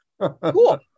Cool